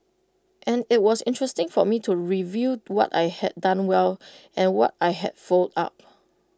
and IT was interesting for me to review what I had done well and what I had fouled up